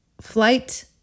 flight